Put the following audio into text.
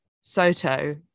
Soto